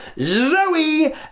Zoe